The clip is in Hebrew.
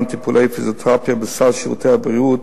טיפולי פיזיותרפיה בסל שירותי הבריאות